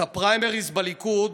את הפריימריז בליכוד